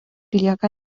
lieka